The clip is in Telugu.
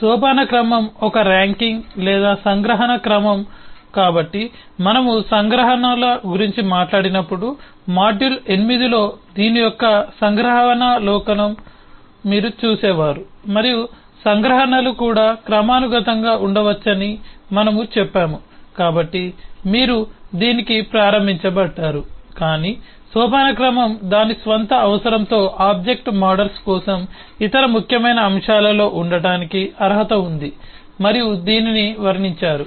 సోపానక్రమం ఒక ర్యాంకింగ్ లేదా సంగ్రహణ క్రమం కాబట్టి మనము సంగ్రహణల గురించి మాట్లాడినప్పుడు మాడ్యూల్ 8 లో దీని యొక్క సంగ్రహావలోకనం మీరు చూసేవారు మరియు సంగ్రహణలు కూడా క్రమానుగతంగా ఉండవచ్చని మనము చెప్పాము కాబట్టి మీరు దీనికి ప్రారంభించబడ్డారు కానీ సోపానక్రమం దాని స్వంత అవసరంతో ఆబ్జెక్ట్ మోడల్స్ కోసం ఇతర ముఖ్యమైన అంశాలలో ఉండటానికి అర్హత ఉంది మరియు దీనిని వర్ణించారు